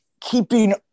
keeping